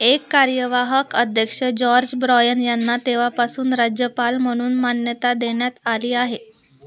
एक कार्यवाहक अध्यक्ष जॉर्ज ब्रॉयन यांना तेव्हापासून राज्यपाल म्हणून मान्यता देण्यात आली आहे